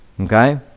Okay